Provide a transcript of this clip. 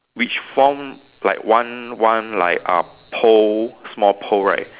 which form like one one like uh pole small pole right